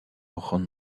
ron